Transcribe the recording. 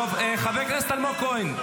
--- חבר הכנסת אלמוג כהן.